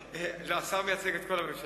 השר מייצג את כל הממשלה.